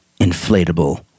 inflatable